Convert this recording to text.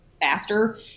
faster